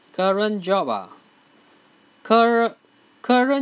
current job ah curre~ current